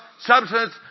substance